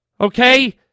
Okay